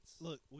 Look